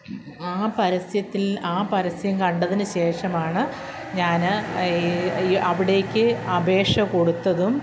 ആ പരസ്യത്തിൽ ആ പരസ്യം കണ്ടതിനുശേഷമാണ് ഞാൻ ഈ ഈ അവിടേക്ക് അപേക്ഷ കൊടുത്തതും